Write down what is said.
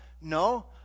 No